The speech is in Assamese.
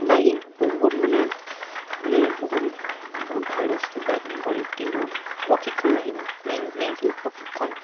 বাইকিংটো বহুত মানে মানে বহুত বহুত ভাল বস্তু বাইকিং কৰি কিন্তু প্ৰশিক্ষণ লাগিব মেইন মেইন থিং প্ৰশিক্ষণ